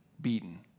beaten